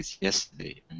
yesterday